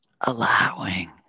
allowing